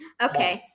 okay